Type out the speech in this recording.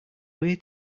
way